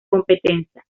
competencia